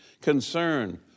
concern